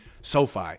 SoFi